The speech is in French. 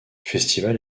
festival